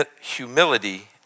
humility